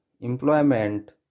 employment